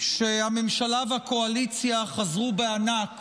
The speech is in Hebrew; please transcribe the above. אנחנו טוענים שהממשלה והקואליציה חזרו בענק